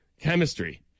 chemistry